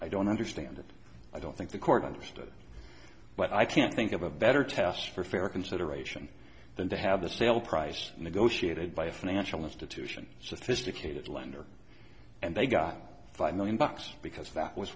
i don't understand it i don't think the court understood but i can't think of a better test for fair consideration than to have the sale price negotiated by a financial institution sophisticated lender and they got five million bucks because that was